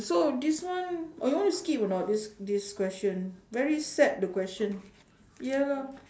so this one or you want to skip or not this this question very sad the question ya lah